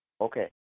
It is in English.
Okay